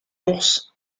ours